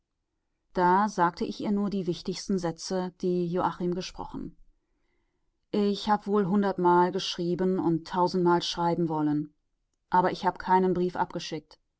da sagte ich ihr nur die wichtigsten sätze die joachim gesprochen ich hab wohl hundertmal geschrieben und tausendmal schreiben wollen aber ich hab keinen brief abgeschickt